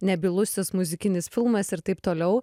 nebylusis muzikinis filmas ir taip toliau